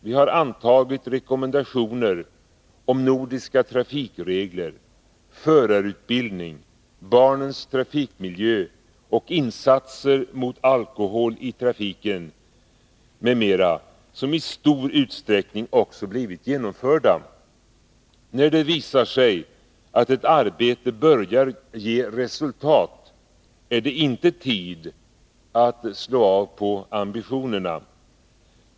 Vi har antagit rekommendationer om nordiska trafikregler, förarutbildning, barnens trafikmiljö och insatser mot alkohol i trafiken m.m., åtgärder som i stor utsträckning också blivit genomförda. När det visar sig att ett arbete börjar ge resultat är det inte tid att slå av på ambitionerna.